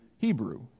Hebrew